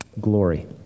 Glory